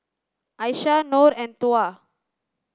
Aishah Nor and Tuah